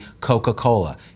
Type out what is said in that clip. Coca-Cola